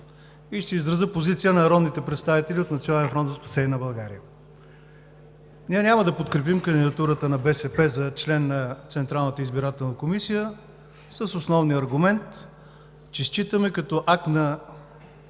и ще изряза позиция на народните представители от „Национален фронт за спасение на България“. Ние няма да подкрепим кандидатурата на БСП за член на Централната избирателна комисия с основния аргумент, че считаме като акт на